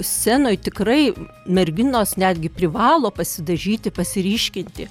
scenoj tikrai merginos netgi privalo pasidažyti pasiryškinti